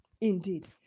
Indeed